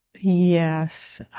Yes